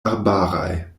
arbaraj